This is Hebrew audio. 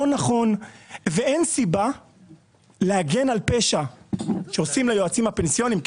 לא נכון ואין סיבה להגן על פשע שככל הנראה עושים ליועצים הפנסיוניים,